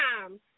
time